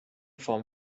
form